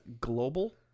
global